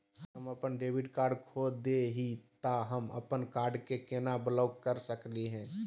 हम अपन debit card खो दे ही, त हम अप्पन कार्ड के केना ब्लॉक कर सकली हे?